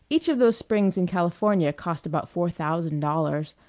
each of those springs in california cost about four thousand dollars.